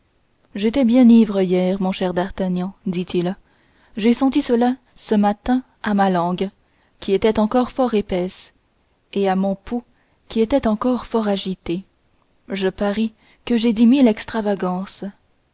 j'étais bien ivre hier mon cher d'artagnan dit-il j'ai senti cela ce matin à ma langue qui était encore fort épaisse et à mon pouls qui était encore fort agité je parie que j'ai dit mille extravagances